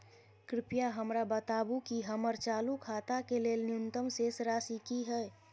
कृपया हमरा बताबू कि हमर चालू खाता के लेल न्यूनतम शेष राशि की हय